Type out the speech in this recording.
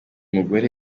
mugore